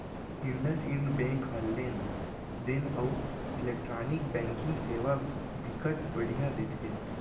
IndusInd bank ह लेन देन अउ इलेक्टानिक बैंकिंग सेवा बिकट बड़िहा देथे